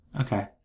Okay